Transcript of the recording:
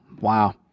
wow